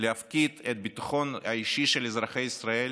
להפקיד את הביטחון האישי של אזרחי ישראל